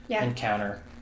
encounter